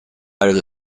out